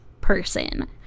person